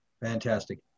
Fantastic